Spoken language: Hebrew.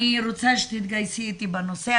אני רוצה שתתגייסי איתי בנושא.